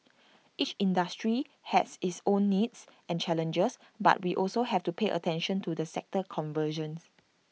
each industry has its own needs and challenges but we also have to pay attention to the sector convergence